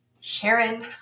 Sharon